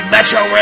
Metro